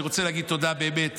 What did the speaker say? אני רוצה להגיד תודה באמת